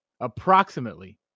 approximately